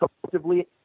collectively